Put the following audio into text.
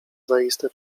zaiste